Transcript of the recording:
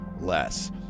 less